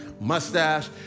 mustache